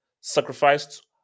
sacrificed